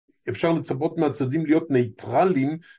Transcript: אפשר לצפות מהצדדים להיות נייטרלים